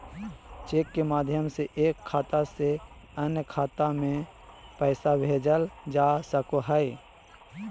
cheque के माध्यम से एक खाता से अन्य खाता में पैसा भेजल जा सको हय